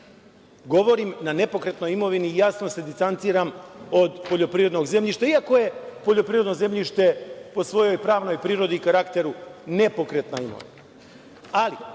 Govorim – na nepokretnoj imovini, jasno se distanciram od poljoprivrednog zemljišta, iako je poljoprivredno zemljište po svojoj pravnoj prirodi i karakteru nepokretna imovina,